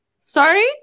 Sorry